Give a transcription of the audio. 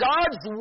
God's